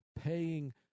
paying